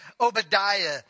Obadiah